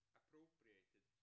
appropriated